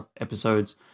episodes